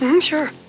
Sure